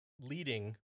leading